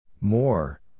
More